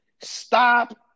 stop